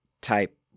type